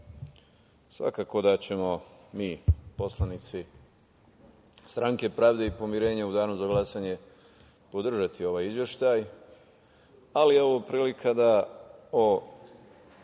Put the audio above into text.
da ćemo mi, poslanici Stranke pravde i pomirenja, u Danu za glasanje podržati ovaj izveštaj ali je ovo prilika da o